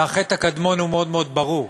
והחטא הקדמון הוא מאוד ברור: